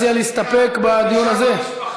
אתה מציע להסתפק בדיון הזה?